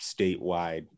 statewide